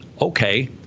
Okay